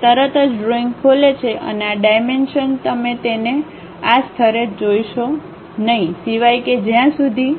તે તરત જ ડ્રોઇંગ ખોલે છે અને આ ડાઇમેંશનતમે તેને આ સ્તરે જોશો નહીં સિવાય કે જ્યાં સુધી